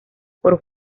por